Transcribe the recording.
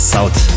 South